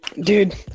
Dude